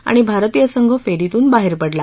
आणि भारतीय संघ फेरीतून बाहेर पडला